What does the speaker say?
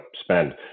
spend